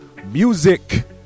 Music